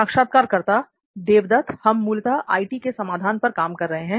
साक्षात्कारकर्ता देवदत्त हम मूलतः आईटी के समाधान पर काम कर रहे हैं